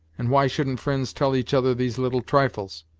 and why shouldn't fri'nds tell each other these little trifles?